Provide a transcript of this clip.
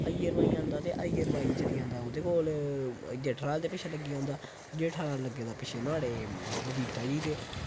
अय्यर भाई आंदा ते अय्यर भाई जंदा ओह्दे कोल जेठा लाल दे पिच्छें लग्गी जंदा जेठा लाल जी लग्गे दा नुहाड़े बबीता जी दे